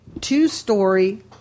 two-story